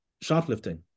shoplifting